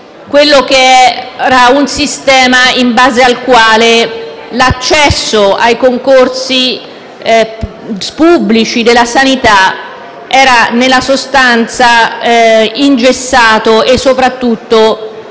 provvedimenti, un sistema in base al quale l'accesso ai concorsi pubblici della sanità era nella sostanza ingessato e soprattutto